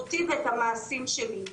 אותי ואת המעשים שלי.